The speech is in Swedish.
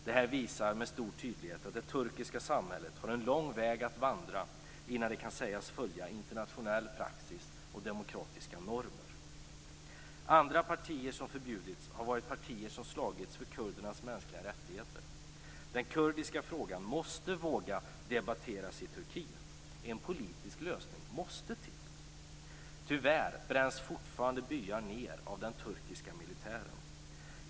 Detta visar med stor tydlighet att det turkiska samhället har en lång väg att vandra innan det kan sägas följa internationell praxis och demokratiska normer. Andra partier som förbjudits har slagits för kurdernas mänskliga rättigheter. Man måste våga debattera den kurdiska frågan i Turkiet. En politisk lösning måste till. Tyvärr bränns fortfarande byar ned av den turkiska militären.